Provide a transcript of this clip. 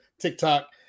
TikTok